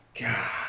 God